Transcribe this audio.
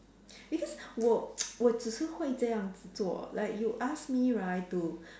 because 我 我只是会这样子做 like you ask me right to